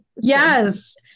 Yes